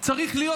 צריך להיות,